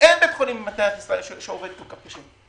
אין בית חולים במדינת ישראל שעובד כל כך קשה.